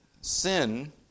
sin